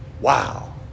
wow